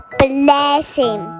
blessing